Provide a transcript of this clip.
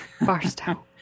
Barstow